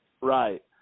Right